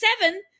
seven